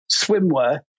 swimwear